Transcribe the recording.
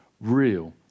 Real